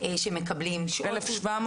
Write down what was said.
לגבי סוגית --- טיפול נפשי?